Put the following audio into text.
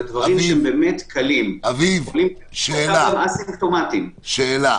אביב, שאלה: